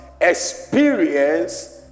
experience